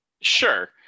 Sure